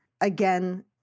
again